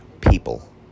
people